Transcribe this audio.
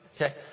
Okay